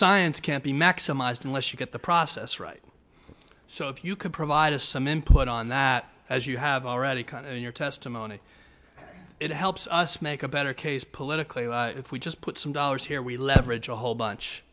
science can't be maximized unless you get the process right so if you can provide us some input on that as you have already kind of your testimony it helps us make a better case politically if we just put some dollars here we leverage a whole bunch